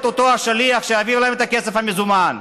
אותו השליח שיעביר להם את הכסף המזומן,